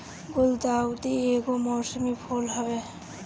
गुलदाउदी एगो मौसमी फूल हवे